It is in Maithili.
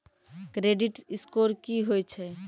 क्रेडिट स्कोर की होय छै?